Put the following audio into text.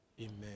Amen